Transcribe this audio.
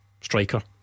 striker